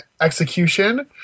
execution